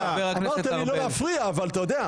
אמרת לי לא להפריע אבל מפריעים לי.